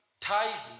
Tithing